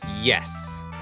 Yes